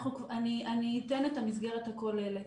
אני אתן את המסגרת הכוללת.